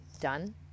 done